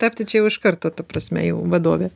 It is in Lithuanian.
tapti čia jau iš karto ta prasme jau vadovė